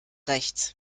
rechts